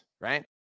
right